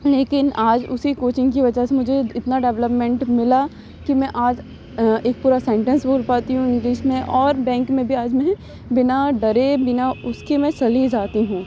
لیکن آج اسی کوچنگ کی وجہ سے مجھے اتنا ڈیولپمنٹ ملا کہ میں آج ایک پورا سینٹینس بول پاتی ہوں انگلش میں اور بینک میں بھی آج میں بنا ڈرے بنا اس کے میں چلی جاتی ہوں